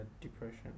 depression